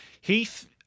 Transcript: Heath